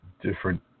different